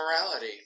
morality